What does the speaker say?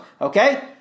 okay